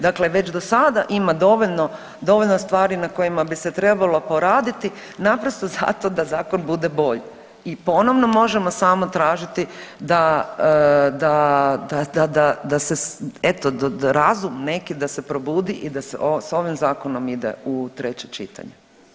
Dakle, već do sada ima dovoljno stvari na kojima bi se trebalo poraditi naprosto zato da zakon bude bolji i ponovno možemo samo tražiti da se eto razum neki da se probudi i da se sa ovim zakonom ide u treće čitanje.